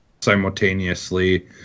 simultaneously